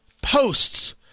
posts